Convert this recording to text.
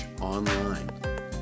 Online